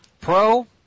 Pro